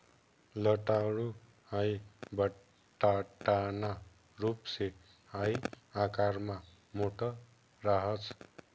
रताळू हाई बटाटाना रूप शे हाई आकारमा मोठ राहस